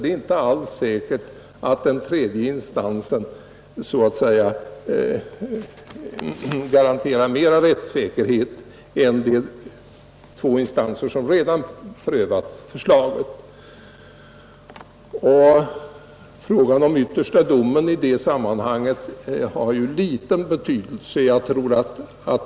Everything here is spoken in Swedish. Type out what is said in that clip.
Det är inte alls säkert att den tredje instansen garanterar mera rättssäkerhet än de två instanser som redan prövat förslaget. Ur samhällets synpunkt bör icke en uppmuntran till långa processer vara önskvärd. Frågan om yttersta domen i det sammanhanget har liten betydelse.